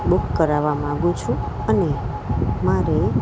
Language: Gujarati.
બુક કરાવવા માંગુ છું અને મારે